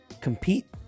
compete